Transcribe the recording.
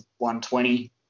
120